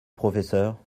professeur